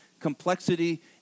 complexity